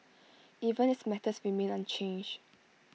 even his methods remain unchanged